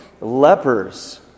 Lepers